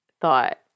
thought